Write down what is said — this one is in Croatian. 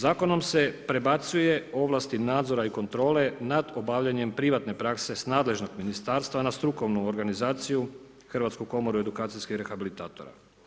Zakonom se prebacuju ovlasti nadzora i kontrole nad obavljanjem privatne prakse s nadležnog ministarstva na strukovnu organizaciju Hrvatsku komoru edukacijskih rehabilitatora.